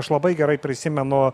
aš labai gerai prisimenu